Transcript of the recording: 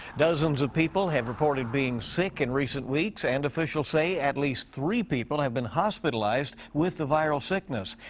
dozens of people have reported being sick in recent weeks. and officials say at least three people have been hospitalized with the viral sickness.